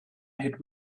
had